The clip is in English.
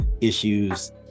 issues